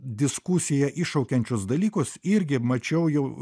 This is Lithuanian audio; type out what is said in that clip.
diskusiją iššaukiančius dalykus irgi mačiau jau